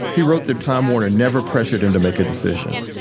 he wrote that time warner never pressured him to make a decision.